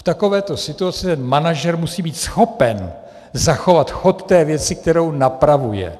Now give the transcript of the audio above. V takovéto situaci ten manažer musí být schopen zachovat chod věci, kterou napravuje.